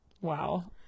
Wow